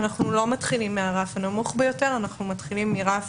אנחנו לא מתחילים מהרף הנמוך ביותר אלא אנחנו מתחילים מרף